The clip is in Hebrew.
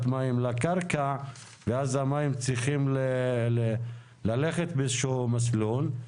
מים לקרקע ואז המים צריכים לזרום במסלול מסוים,